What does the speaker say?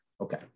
okay